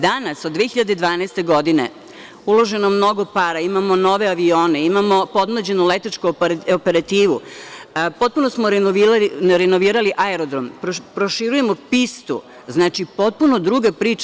Danas od 2012. godine, uloženo je mnogo para, imamo nove avione, imamo podmlađenu letačku operativu, potpuno smo renovirali Aerodrom, proširujemo pistu, potpuno druga priča.